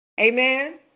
Amen